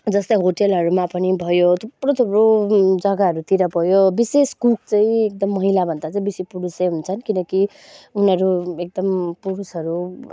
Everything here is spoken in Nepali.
जस्तै होटेलहरूमा पनि भयो थुप्रो थुप्रो जगाहरूतिर भयो विशेष कुक चाहिँ एकदम महिलाभन्दा चाहिँ बेसी पुरुषै हुन्छन् किनकि उनीहरू एकदम पुरुषहरू